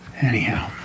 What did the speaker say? Anyhow